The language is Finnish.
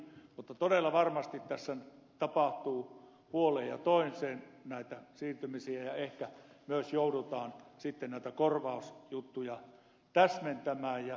mutta todella varmasti tässä tapahtuu puoleen ja toiseen näitä siirtymisiä ja ehkä myös joudutaan sitten näitä korvausjuttuja täsmentämään